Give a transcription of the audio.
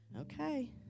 Okay